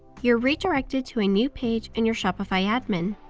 you're redirected to a new page in your shopify admin.